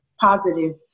positive